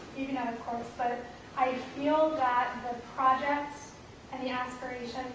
maybe not of course, but i feel that the projects and the aspiration